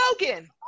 Logan